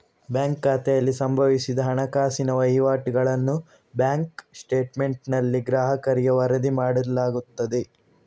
bank ಖಾತೆಯಲ್ಲಿ ಸಂಭವಿಸಿದ ಹಣಕಾಸಿನ ವಹಿವಾಟುಗಳನ್ನು ಬ್ಯಾಂಕ್ ಸ್ಟೇಟ್ಮೆಂಟಿನಲ್ಲಿ ಗ್ರಾಹಕರಿಗೆ ವರದಿ ಮಾಡಲಾಗುತ್ತದೆ